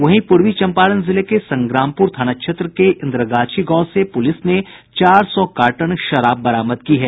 वहीं पूर्वी चंपारण जिले के संग्रामपूर थाना क्षेत्र के इंद्रगाछी गांव से पुलिस ने चार सौ कार्टन शराब बरामद की है